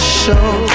show